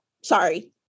Sorry